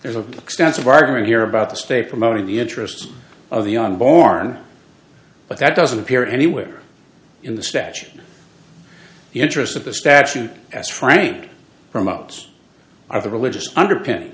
there's a extensive argument here about the state promoting the interests of the unborn but that doesn't appear anywhere in the statute the interest of the statute as frank promotes are the religious under